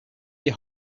die